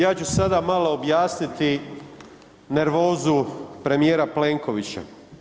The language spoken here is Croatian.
Ja ću sada malo objasniti nervozu premijera Plenkovića.